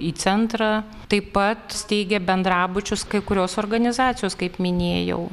į centrą taip pat steigė bendrabučius kai kurios organizacijos kaip minėjau